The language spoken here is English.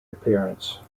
appearance